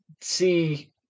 see